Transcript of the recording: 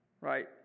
right